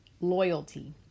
loyalty